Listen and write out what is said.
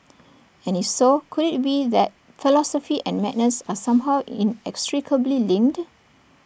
and if so could IT be that philosophy and madness are somehow inextricably linked